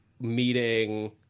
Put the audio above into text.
Meeting